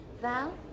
Val